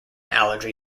allergy